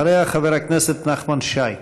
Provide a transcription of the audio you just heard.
אחריה, חבר הכנסת נחמן שי.